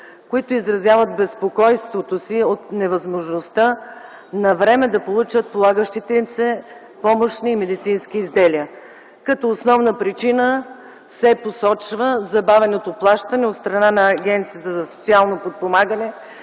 които изразяват безпокойството си от невъзможността навреме да получат полагащите им се помощни медицински изделия. Като основна причина се посочва забавеното плащане от страна на Агенцията за социално подпомагане